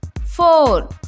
four